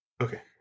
Okay